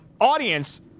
audience